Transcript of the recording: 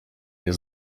nie